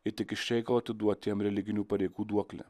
ir tik iš reikalo atiduoti jam religinių pareigų duoklę